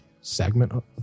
segment